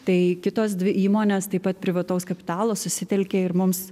tai kitos dvi įmonės taip pat privataus kapitalo susitelkė ir mums